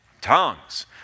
Tongues